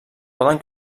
poden